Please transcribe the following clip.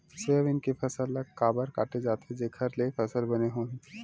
Soybean के फसल ल काबर काटे जाथे जेखर ले फसल बने होही?